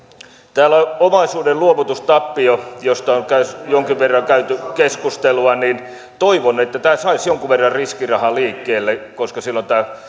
täällä on omaisuuden luovutustappio josta on jonkin verran käyty keskustelua toivon että tämä saisi jonkun verran riskirahaa liikkeelle koska silloin tämän